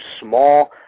small